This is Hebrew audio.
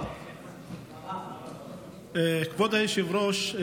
כבוד היושב-ראש,